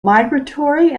migratory